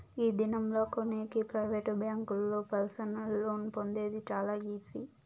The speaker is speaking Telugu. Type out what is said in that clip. ఈ దినం లా కొనేకి ప్రైవేట్ బ్యాంకుల్లో పర్సనల్ లోన్ పొందేది చాలా ఈజీ